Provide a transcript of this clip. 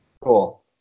Cool